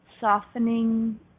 softening